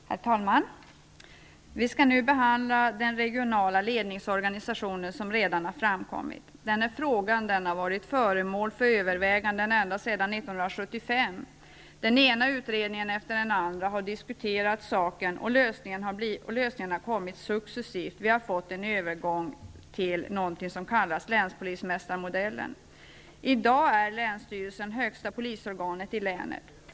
Herr talman! Vi skall nu, som redan har framkommit, behandla den regionala ledningsorganisationen inom polisen. Denna fråga har varit föremål för överväganden ända sedan 1975. Den ena utredningen efter den andra har diskuterat saken, och lösningen har blivit en successiv övergång till det som kallas länspolismästarmodellen. I dag är länsstyrelsen högsta polisorgan i länet.